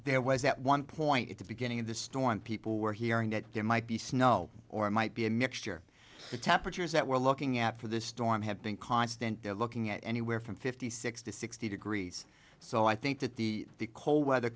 there was that one point at the beginning of the storm people were hearing that there might be snow or it might be a mixture the temperatures that we're looking at for this storm have been constant they're looking at anywhere from fifty six to sixty degrees so i think that the cold weather